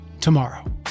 tomorrow